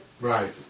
Right